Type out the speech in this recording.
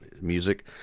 music